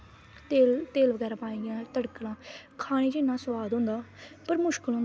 तेल बगैरा पाइने तड़का खाने च इ'न्ना सुआद ते होंदा पर मुश्कल होंदा बनाना